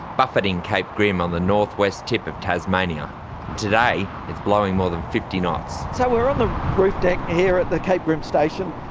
buffeting cape grim on the north-west tip of tasmania, and today it's blowing more than fifty knots. so we're on the roof deck here at the cape grim station.